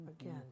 Again